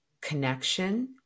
connection